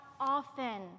often